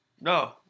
No